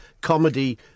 comedy